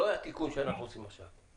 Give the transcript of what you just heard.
שאנחנו עושים עכשיו.